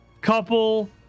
couple